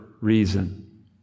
reason